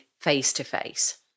face-to-face